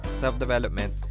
self-development